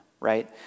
Right